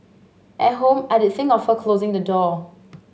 at home I'd think of her closing the door